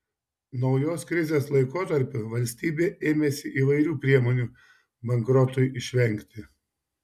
naujos krizės laikotarpiu valstybė ėmėsi įvairių priemonių bankrotui išvengti